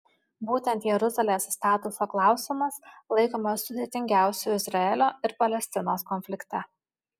būtent jeruzalės statuso klausimas laikomas sudėtingiausiu izraelio ir palestinos konflikte